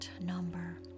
number